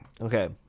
okay